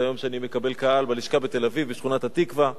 זה היום שאני מקבל קהל בלשכה בשכונת-התקווה בתל-אביב.